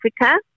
Africa